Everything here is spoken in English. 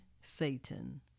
Satan